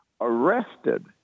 arrested